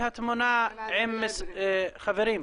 חברים,